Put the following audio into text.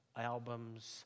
albums